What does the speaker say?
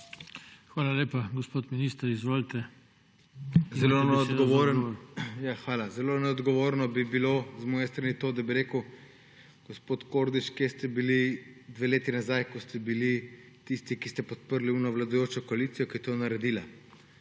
Hvala. Zelo neodgovorno bi bilo z moje strani to, da bi rekel, gospod Kordiš, kje ste bili dve leti nazaj, ko ste bili tisti, ki ste podprli ono vladajočo koalicijo, ki je to naredila.